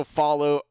follow